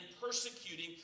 persecuting